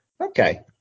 Okay